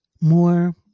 more